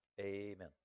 amen